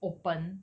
open